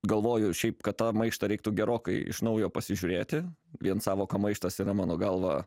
galvoju šiaip kad tą maištą reiktų gerokai iš naujo pasižiūrėti vien sąvoka maištas yra mano galva